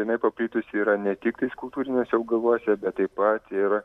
jinai paplitusi yra ne tik tais kultūriniuose augaluose bet taip pat ir